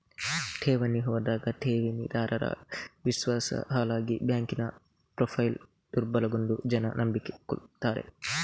ಠೇವಣಿ ಹೋದಾಗ ಠೇವಣಿದಾರರ ವಿಶ್ವಾಸ ಹಾಳಾಗಿ ಬ್ಯಾಂಕಿನ ಪ್ರೊಫೈಲು ದುರ್ಬಲಗೊಂಡು ಜನ ನಂಬಿಕೆ ಕಳ್ಕೊತಾರೆ